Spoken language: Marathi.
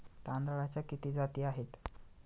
तांदळाच्या किती जाती आहेत?